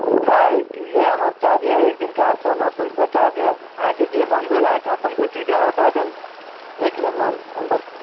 मुद्रा इएह हमर चार्ज हइ एक दिनका आठ सए नओ सए रुपैआ चार्ज हइ अहाँके जे मोन भेल अहाँके अपन खुशीसँ हमरा दऽ देब देख लेब हम मतलब